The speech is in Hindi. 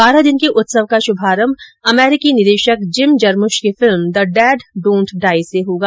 बारह दिन के उत्सव का श्रभारम्भ अमरीकी निदेशक जिम जरमुश की फिल्म द डेड डोन्ट डाइ से होगा